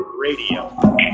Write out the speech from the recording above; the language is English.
Radio